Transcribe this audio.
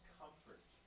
comfort